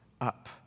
up